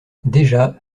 déjà